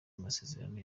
amasezerano